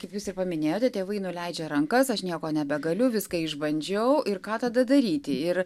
kaip jūs ir paminėjote tėvai nuleidžia rankas aš nieko nebegaliu viską išbandžiau ir ką tada daryti ir